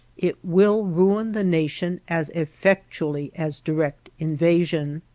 it will ruin the nation as effectually as direct invasion.